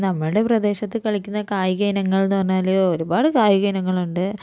നമ്മളുടെ പ്രദേശത്തു കളിക്കുന്ന കായിക ഇനങ്ങളെന്നു പറഞ്ഞാൽ ഒരുപാട് കായിക ഇനങ്ങളുണ്ട്